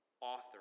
author